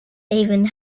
even